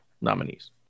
nominees